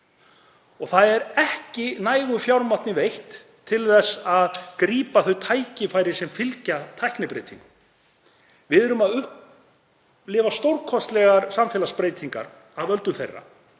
Það er ekki nægt fjármagn veitt til þess að grípa þau tækifæri sem fylgja tæknibreytingum. Við erum að upplifa stórkostlegar samfélagsbreytingar af völdum þeirra.